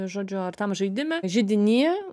žodžiu ar tam žaidime židiny